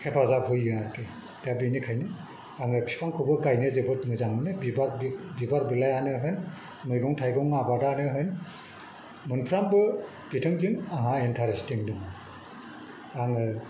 हेफाजाब होयो आरो कि दा बेनिखायनो आङो बिफांखौबो गायनो जोबोद मोजां मोनो बिबार बिलाइआनो होन मैगं थाइगं आबादानो होन मोनफ्रोमबो बिथिंजों आंहा इन्टारेस्ट दं आङो